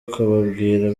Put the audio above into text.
akababwira